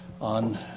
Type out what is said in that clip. on